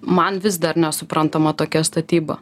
man vis dar nesuprantama tokia statyba